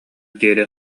диэри